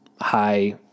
high